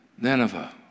Nineveh